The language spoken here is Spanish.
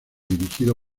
dirigido